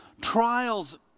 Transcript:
Trials